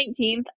19th